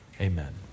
Amen